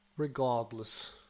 Regardless